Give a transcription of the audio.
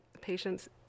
patients